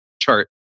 chart